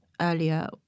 earlier